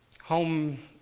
home